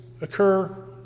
occur